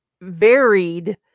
varied